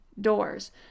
doors